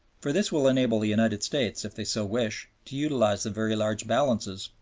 for this will enable the united states, if they so wish, to utilize the very large balances,